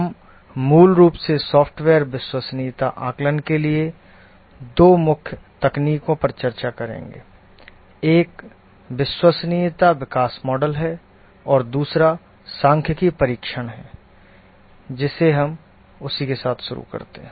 हम मूल रूप से सॉफ्टवेयर विश्वसनीयता आकलन के लिए दो मुख्य तकनीकों पर चर्चा करेंगे एक विश्वसनीयता विकास मॉडलिंग है और दूसरा सांख्यिकीय परीक्षण है जिसे हम उसी के साथ शुरू करते हैं